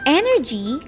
energy